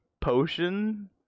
Potion